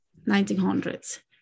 1900s